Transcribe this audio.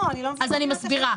לא, אני לא מבינה את הכוונה.